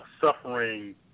suffering